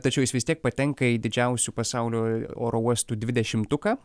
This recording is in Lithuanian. tačiau jis vis tiek patenka į didžiausių pasaulio oro uostų dvidešimtuką